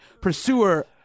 pursuer